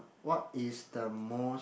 what is the most